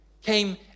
came